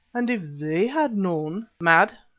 and if they had known mad!